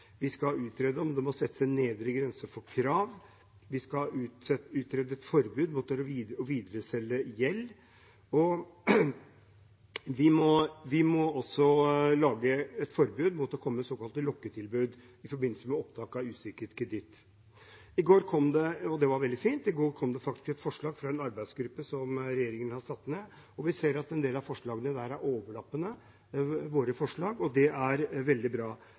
Vi skal utrede om det må settes en nedre grense for krav, vi skal utrede et forbud mot å videreselge gjeld, og vi må også lage et forbud mot å komme med såkalte lokketilbud i forbindelse med opptak av usikret kreditt. Det var veldig fint at det i går faktisk kom et forslag fra en arbeidsgruppe som regjeringen har satt ned. Vi ser at en del av forslagene der overlapper våre forslag, og det er veldig bra.